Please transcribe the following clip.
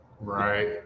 right